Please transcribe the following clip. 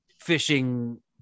fishing